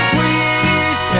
Sweet